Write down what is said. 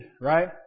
right